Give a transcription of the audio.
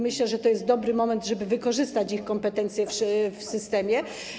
Myślę, że to jest dobry moment, żeby wykorzystać ich kompetencje w systemie.